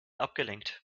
abgelenkt